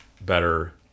better